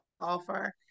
offer